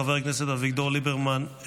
חבר הכנסת אביגדור ליברמן,